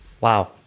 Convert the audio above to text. Wow